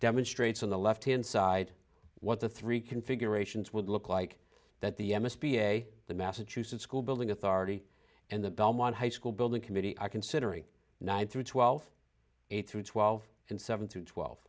demonstrates on the left hand side what the three configurations would look like that the s b a the massachusetts school building authority and the belmont high school building committee are considering nine through twelve through twelve and seven through twelve